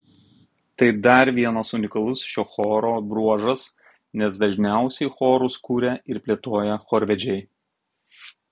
tai dar vienas unikalus šio choro bruožas nes dažniausiai chorus kuria ir plėtoja chorvedžiai